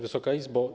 Wysoka Izbo!